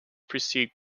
precede